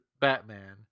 Batman